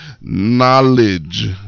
Knowledge